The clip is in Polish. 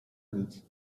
nic